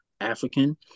African